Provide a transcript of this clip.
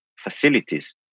facilities